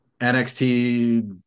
NXT